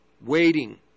waiting